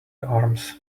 arms